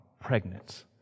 pregnant